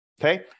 okay